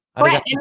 Right